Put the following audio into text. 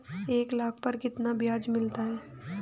एक लाख पर कितना ब्याज मिलता है?